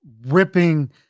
ripping